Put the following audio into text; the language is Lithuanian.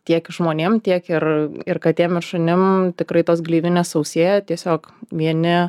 tiek žmonėm tiek ir ir katėm ir šunim tikrai tos gleivinės sausėja tiesiog vieni